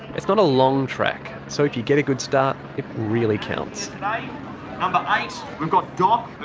it's not a long track, so if you get a good start, it really counts. number eight, we've got doc.